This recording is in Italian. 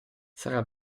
sarà